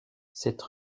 cette